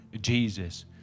Jesus